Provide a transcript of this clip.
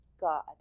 God